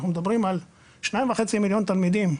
אנחנו מדברים על 2.5 מיליון תלמידים,